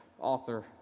author